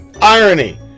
irony